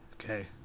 Okay